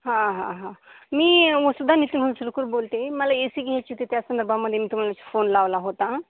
हा हा हा मी वसुधा निसल मुसळुणकर बोलते मला ए सी घ्यायची होती त्या संदर्भामध्ये मी तुम्हाला फोन लावला होता